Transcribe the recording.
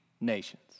nations